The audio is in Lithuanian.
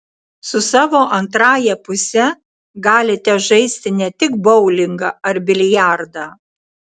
su savo antrąja puse galite žaisti ne tik boulingą ar biliardą